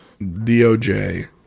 DOJ